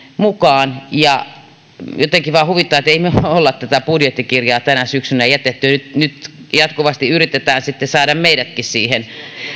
mukaan jotenkin vaan huvittaa että emme me ole tätä budjettikirjaa tänä syksynä jättäneet nyt jatkuvasti yritetään sitten saada meidätkin siihen